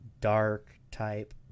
dark-type